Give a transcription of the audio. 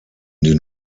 den